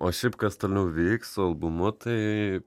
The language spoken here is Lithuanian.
o šiaip kas toliau veiks su albumu tai